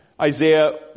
Isaiah